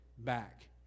Back